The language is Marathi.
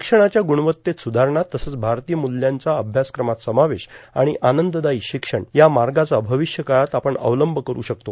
शिक्षणाच्या ग्णवत्तेत सुधारणा तसंच भारतीय मुल्यांचा अभ्यासक्रमात समावेश आणि आनंददायी शिक्षण हा या मार्गाचा अविष्यकाळात आपण अवलंब करू शकतो